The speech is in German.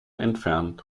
entfernt